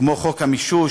כמו חוק המישוש,